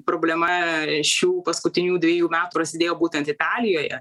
problema šių paskutinių dvejų metų prasidėjo būtent italijoje